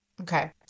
Okay